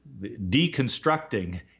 deconstructing